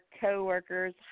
coworkers